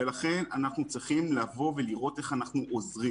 אנחנו צריכים לבוא ולראות איך אנחנו עוזרים